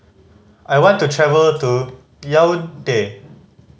I want to travel to Yaounde